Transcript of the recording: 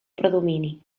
predomini